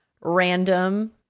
random